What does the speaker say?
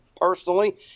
personally